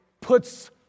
puts